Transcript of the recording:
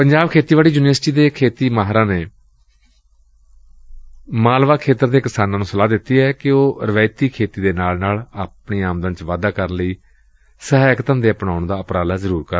ਪੰਜਾਬ ਖੇਤੀਬਾੜੀ ਯੂਨੀਵਰਸਿਟੀ ਲੁਧਿਆਣਾ ਦੇ ਖੇਤੀ ਮਾਹਿਰਾਂ ਨੇ ਮਾਲਵਾ ਖੇਤਰ ਦੇ ਕਿਸਾਨਾਂ ਨੂੰ ਸਲਾਹ ਦਿੱਤੀ ਕਿ ਉਹ ਰਵਾਇਤੀ ਖੇਤੀ ਦੇ ਨਾਲ ਨਾਲ ਆਪਣੀ ਆਮਦਨ ਨੂੰ ਵਧਾਉਣ ਲਈ ਸਹਾਇਕ ਧੰਦੇ ਅਪਣਾਉਣ ਦਾ ਉਪਰਾਲਾ ਕਰਨ